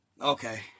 okay